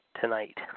tonight